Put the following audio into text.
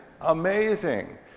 amazing